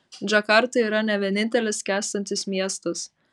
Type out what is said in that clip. džakarta yra ne vienintelis skęstantis miestas